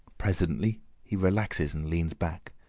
presently he relaxes and leans back,